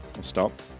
stop